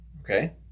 okay